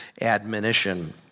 admonition